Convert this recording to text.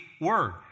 word